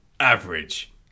average